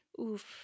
oof